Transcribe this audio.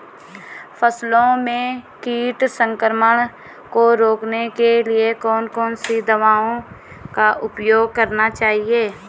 फसलों में कीट संक्रमण को रोकने के लिए कौन कौन सी दवाओं का उपयोग करना चाहिए?